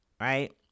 right